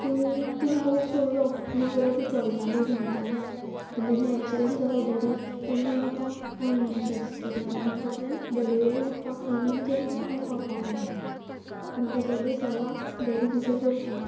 ती तिणें होप सोडलो ना जाल्यार ती चलताली भोंवताली आनी जेन्ना एक्सिडंट जालो डॅडीक तेन्ना आतां कांय ना अशें दिसलें तिका आनी आतां ती बेडी वेल्यान उठपाक पयना आनी जमनीक पांय लावपाक पयना पूण आतां सगळी सेवा डॅडी तिची करता